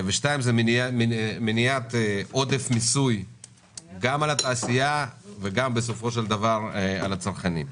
ושניים, מניעת עודף מיסוי על התעשייה ועל הצרכנים.